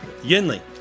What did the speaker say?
Yinli